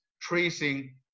tracing